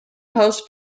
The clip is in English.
hosts